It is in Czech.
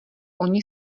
oni